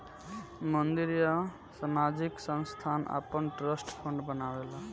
मंदिर या सामाजिक संस्थान आपन ट्रस्ट फंड बनावेला